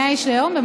100 איש ליום.